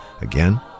Again